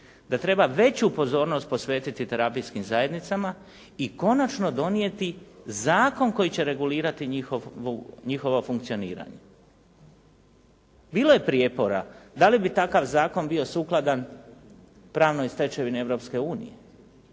da treba veću pozornost posvetiti terapijskim zajednicama i konačno donijeti zakon koji će regulirati njihovo funkcioniranje. Bilo je prijepora da li bi takav zakon bio sukladan pravnoj stečevini